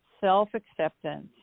self-acceptance